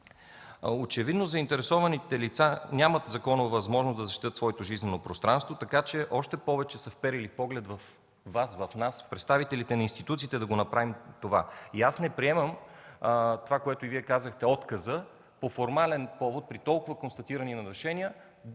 Очевидно заинтересованите лица нямат законова възможност да защитят своето жизнено пространство, така че още повече са вперили поглед във Вас, в нас, в представителите на институциите да направим това. И аз не приемам това, което и Вие казахте – отказа по формален повод: при толкова констатирани нарушения